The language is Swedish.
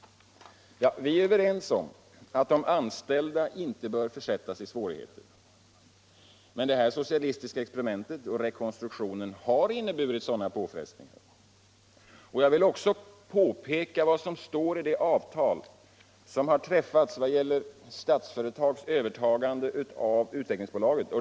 Vi är överens om att de anställda inte bör försättas i svårigheter. Men detta socialistiska experiment och denna rekonstruktion har inneburit sådana påfrestningar. Jag vill också påpeka vad som sägs i det avtal som har träffats för Statsföretags övertagande av Svenska Utvecklingsaktiebolaget.